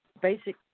basic